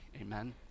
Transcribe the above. Amen